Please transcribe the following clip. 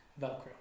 Velcro